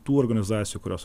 tų organizacijų kurios